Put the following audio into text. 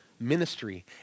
ministry